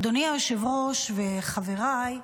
אדוני היושב-ראש וחבריי,